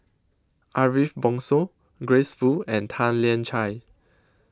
Ariff Bongso Grace Fu and Tan Lian Chye